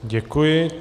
Děkuji.